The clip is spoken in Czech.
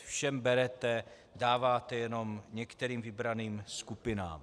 Všem berete, dáváte jenom některým vybraným skupinám.